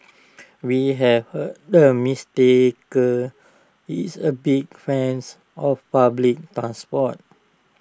we have heard the mistaker is A big fans of public transport